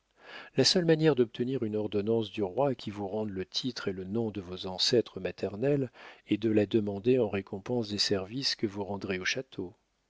la seule manière d'obtenir une ordonnance du roi qui vous rende le titre et le nom de vos ancêtres maternels est de la demander en récompense des services que vous rendrez au château